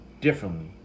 differently